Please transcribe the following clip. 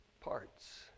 parts